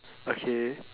okay